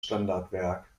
standardwerk